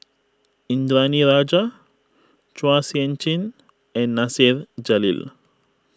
Indranee Rajah Chua Sian Chin and Nasir Jalil